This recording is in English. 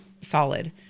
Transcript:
solid